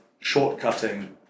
shortcutting